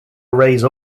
raise